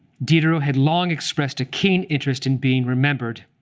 diderot had long expressed a keen interest in being remembered,